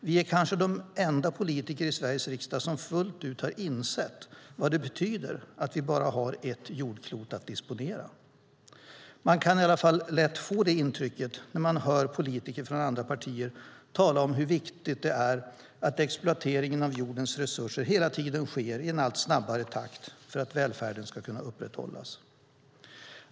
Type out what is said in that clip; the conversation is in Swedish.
Vi är kanske de enda politiker i Sveriges riksdag som fullt ut har insett vad det betyder att vi bara har ett jordklot att disponera. Man kan i alla fall lätt få det intrycket när man hör politiker från andra partier tala om hur viktigt det är att exploateringen av jordens resurser hela tiden sker i en allt snabbare takt för att välfärden ska kunna upprätthållas.